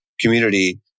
community